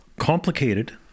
Complicated